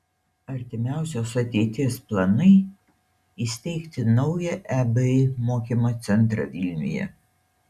artimiausios ateities planai įsteigti naują ebi mokymo centrą vilniuje